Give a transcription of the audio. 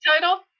title